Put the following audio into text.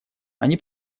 они